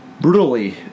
brutally